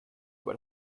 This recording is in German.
über